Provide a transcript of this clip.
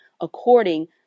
according